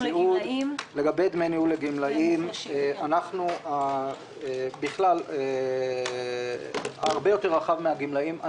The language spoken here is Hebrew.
לגבי דמי ניהול לגמלאים ומוחלשים זה הרבה יותר רחב מן הגמלאים.